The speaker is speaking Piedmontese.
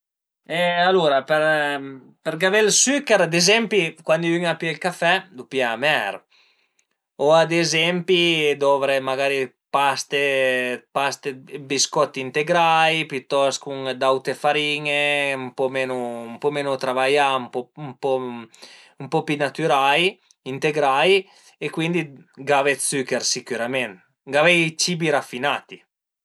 E alura për gavé ël süchèr ad ezempi cuandi ün a pìa ël café, a lu pìa amer o ad ezempi dovre magari paste, paste, biscotti integrai, pitost cun d'aute farin-e, ën po menu, ën po menu travaià, ën po pi natürai, integrai e cuindi gave dë süchèr sicürament, gavé i cibi raffinati